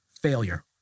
failure